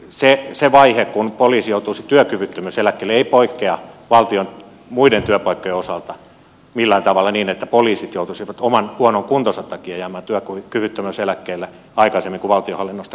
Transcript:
se se vaihe kun poliisi joutuisi työkyvyttömyyseläkkeelle ei poikkea valtion muiden työpaikkojen osalta millään tavalla niin että poliisit joutuisivat oman huonon kuntonsa takia jäämään työkyvyttömyyseläkkeelle aikaisemmin kuin valtionhallinnosta keskimäärin muualtakaan